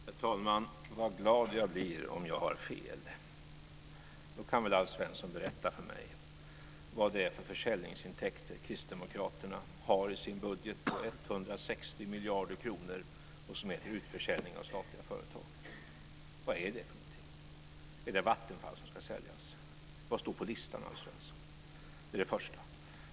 Herr talman! Vad glad jag blir om jag har fel. Då kan väl Alf Svensson berätta för mig vad det är för försäljningsintäkter som kristdemokraterna har i sin budget på 160 miljarder kronor och som är till utförsäljning av statliga företag. Vad är det för någonting? Är det Vattenfall som ska säljas? Vad står på listan, Alf Svensson? Detta är det första.